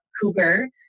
Cooper